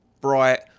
bright